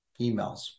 emails